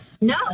no